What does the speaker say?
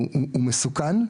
הוא מסוכן,